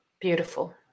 Beautiful